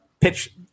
pitch